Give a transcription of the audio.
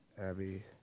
Abby